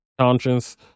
conscience